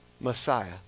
Messiah